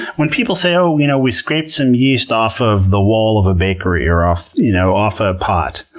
when people say, oh, you know we scraped some yeast off of the wall of a bakery, or off you know off a pot,